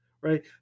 right